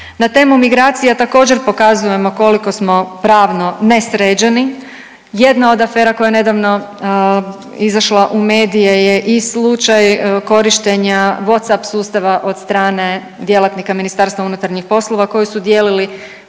Na temu migracija također, pokazuje kliko smo pravno nesređeni, jedna od afera koja je nedavno izašla u medije je i slučaj korištenja Whatsapp sustava od strane djelatnika Ministarstva unutarnjih poslova koji su dijelili